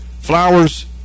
Flowers